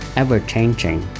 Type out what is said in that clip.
ever-changing